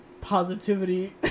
positivity